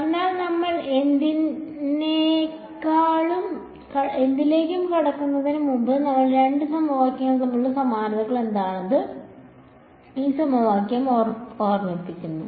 അതിനാൽ നമ്മൾ എന്തിനിലേക്കും കടക്കുന്നതിന് മുമ്പ് ഈ രണ്ട് സമവാക്യങ്ങൾ തമ്മിലുള്ള സമാനതകൾ എന്താണെന്ന് ഈ സമവാക്യം ഓർമ്മിപ്പിക്കുന്നു